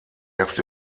erst